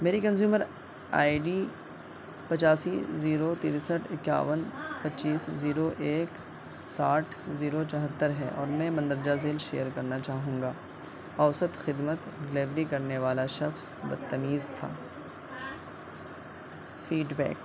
میری consumer I D پچاسی zero ترسٹھ اکیاون پچیس زیرو ایک ساٹھ زیرو چوہتر ہے اور میں مندرجہ ذیل شیئر کرنا چاہوں گا اوسط خدمت ڈلیوری کرنے والا شخص بدتمیز تھا فیڈبیک